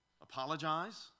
apologize